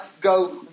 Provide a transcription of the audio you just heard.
go